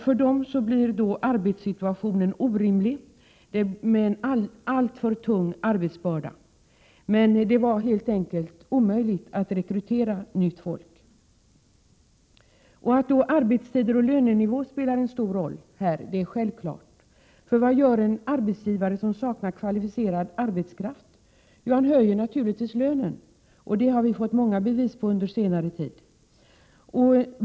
För dessa var situationen orimlig med en alltför tung arbetsbörda. Det var helt enkelt omöjligt att rekrytera nytt folk. Att arbetstider och lönenivån härvidlag spelar en stor roll är självklart. Vad gör en arbetsgivare som saknar kvalificerad arbetskraft? Jo, han höjer naturligtvis lönen. Det har vi fått många bevis på under senare tid.